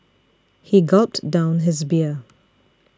he gulped down his beer